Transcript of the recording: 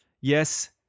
Yes